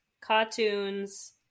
cartoons